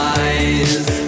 eyes